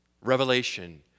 Revelation